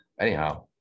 anyhow